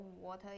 water